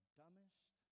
dumbest